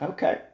Okay